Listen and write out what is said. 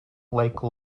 lake